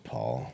Paul